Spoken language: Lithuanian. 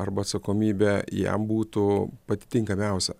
arba atsakomybė jam būtų pati tinkamiausia